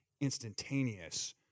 instantaneous